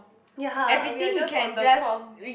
ya we're just on the com